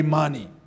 money